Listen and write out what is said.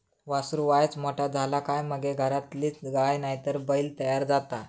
वासरू वायच मोठा झाला काय मगे घरातलीच गाय नायतर बैल तयार जाता